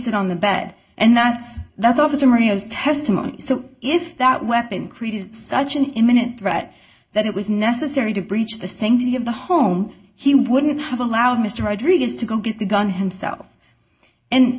it on the bed and that's that's officer marina's testimony so if that weapon created such an imminent threat that it was necessary to breach the sanctity of the home he wouldn't have allowed mr rodriguez to go get the gun himself and